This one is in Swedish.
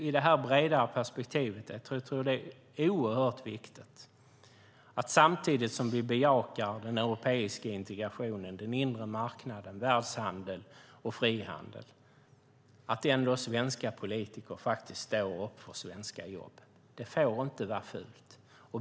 I det bredare perspektivet tror jag att det är oerhört viktigt att svenska politiker står upp för svenska jobb samtidigt som vi bejakar den europeiska integrationen, den inre marknaden, världshandeln och frihandeln. Det får inte vara fult.